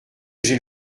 j’ai